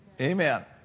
amen